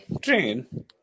train